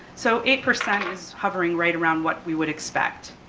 so eight percent is hovering right around what we would expect